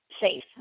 safe